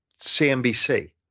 CNBC